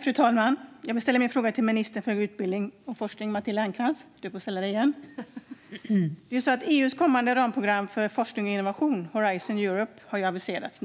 Fru talman! Jag vill ställa min fråga till ministern för högre utbildning och forskning, Matilda Ernkrans. Hon får ställa sig i talarstolen igen. EU:s kommande ramprogram för forskning och innovation, Horizon Europe, har nyligen aviserats.